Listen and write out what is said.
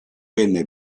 venne